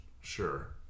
sure